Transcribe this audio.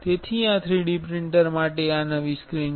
તેથી આ 3D printer માટે આ નવી સ્ક્રીન છે